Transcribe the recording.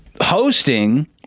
hosting